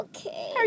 Okay